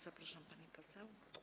Zapraszam, pani poseł.